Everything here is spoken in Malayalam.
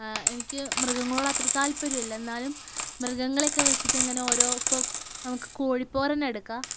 എനിക്ക് മൃഗങ്ങളോട് അത്ര താൽപര്യവും ഇല്ല എന്നാലും മൃഗങ്ങളെയൊക്കെ വച്ചിട്ട് ഇങ്ങനെ ഓരോ ഇപ്പോള് നമുക്ക് കോഴിപ്പോരുതന്നെ എടുക്കാം